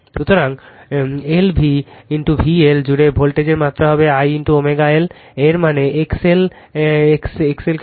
সুতরাং L V VL জুড়ে ভোল্টেজের মাত্রা হবে I Lω Time1339 রেফার করুন এর মানে XL I XL কে ত্বরান্বিত করছে তাই XLLω